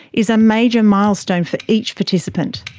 is a major milestone for each participant.